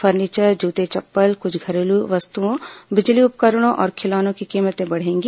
furniture जूते चप्पल कुछ घरेलू वस्तुओं बिजली उपकरणों और खिलौनों की कीमतें बढ़ेंगी